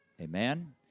Amen